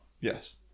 Yes